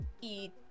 eat